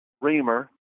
Reamer